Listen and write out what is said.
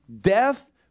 death